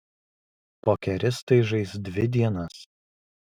pokeristai žais dvi dienas